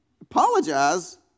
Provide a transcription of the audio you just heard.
Apologize